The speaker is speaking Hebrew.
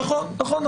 נכון.